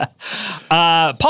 Paul